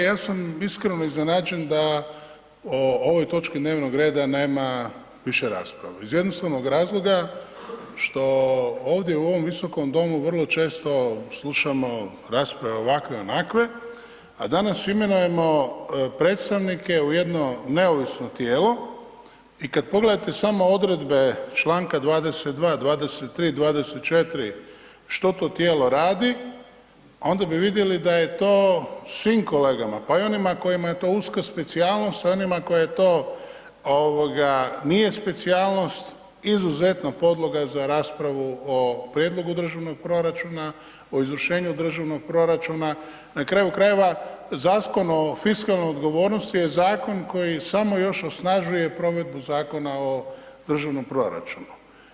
Ja sam iskreno iznenađen da o ovoj točki dnevnog reda nema više rasprava iz jednostavnog razloga što ovdje u ovoj Visokom domu vrlo često slušamo rasprave ovakve, onakve, a danas imenujemo predstavnike u jedno neovisno tijelo i kad pogledate samo odredbe čl. 22., 23., 24. što to tijelo radi, onda bi vidjeli da je to svim kolegama, pa i onima koji je to uska specijalnost sa onima koje to nije specijalnost, izuzetno podloga za raspravu o prijedlogu državnog proračuna, o izvršenju državnog proračuna, na kraju krajeva, Zakon o fiskalnoj odgovornosti je zakon koji samo još osnažuje provedbu Zakona o državnom proračunu.